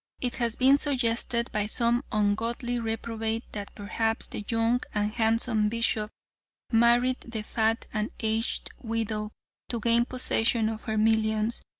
it has been suggested by some ungodly reprobate that perhaps the young and handsome bishop married the fat and aged widow to gain possession of her millions,